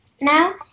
now